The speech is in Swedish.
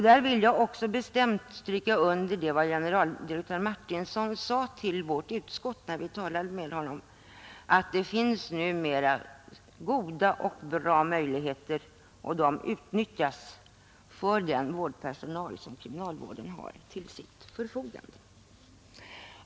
Där vill jag också bestämt stryka under vad generaldirektör Martinsson sade till utskottet, när vi talade med honom, nämligen att det numera finns goda möjligheter och de utnyttjas för den vårdpersonal som kriminalvården har till sitt förfogande.